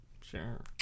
Sure